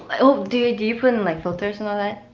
but oh, d-do you put in like filters and all that?